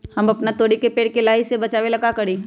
हम अपना तोरी के पेड़ के लाही से बचाव ला का करी?